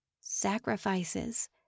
Sacrifices